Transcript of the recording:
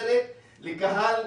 שמתאכזרת לקהל.